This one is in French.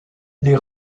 les